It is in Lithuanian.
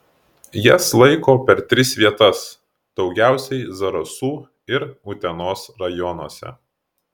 jas laiko per tris vietas daugiausiai zarasų ir utenos rajonuose